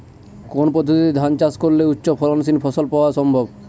কোন পদ্ধতিতে ধান চাষ করলে উচ্চফলনশীল ফসল পাওয়া সম্ভব?